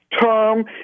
term